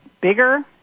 bigger